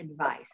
advice